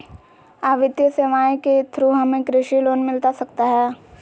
आ वित्तीय सेवाएं के थ्रू हमें कृषि लोन मिलता सकता है?